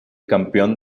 campeón